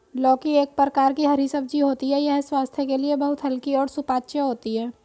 लौकी एक प्रकार की हरी सब्जी होती है यह स्वास्थ्य के लिए बहुत हल्की और सुपाच्य होती है